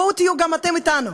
בואו תהיו גם אתם אתנו.